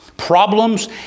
problems